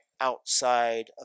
outside